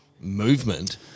movement